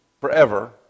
forever